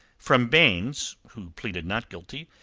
from baynes, who pleaded not guilty,